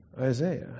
Isaiah